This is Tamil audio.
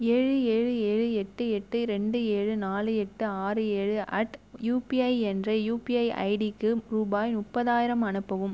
ஏழு ஏழு ஏழு எட்டு எட்டு ரெண்டு ஏழு நாலு எட்டு ஆறு ஏழு அட் யூபிஐ என்ற யூபிஐ ஐடிக்கு ரூபாய் முப்பதாயிரம் அனுப்பவும்